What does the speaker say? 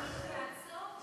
אם הוא יעצור,